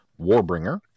Warbringer